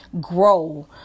grow